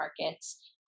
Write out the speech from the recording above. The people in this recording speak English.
markets